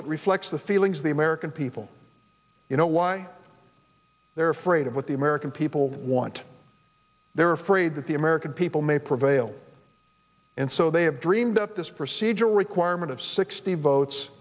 that reflects the feelings of the american people you know why they're afraid of what the american people want they're afraid that the american people may prevail and so they have dreamed up this procedural requirement of sixty